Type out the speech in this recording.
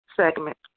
segment